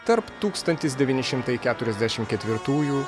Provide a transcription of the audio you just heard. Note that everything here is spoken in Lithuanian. tarp tūkstantis devyni šimtai keturiasdešim ketvirtųjų